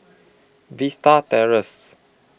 Vista Terrace